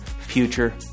future